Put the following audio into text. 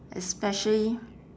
especially